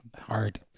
hard